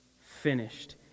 finished